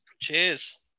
Cheers